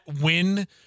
win